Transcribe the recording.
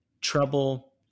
trouble